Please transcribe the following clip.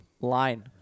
line